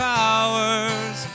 powers